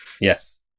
Yes